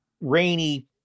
rainy